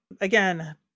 Again